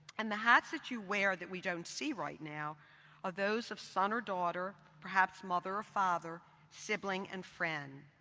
and the hats that you wear that we don't see right now are those of son or daughter, perhaps mother or father, sibling and friend.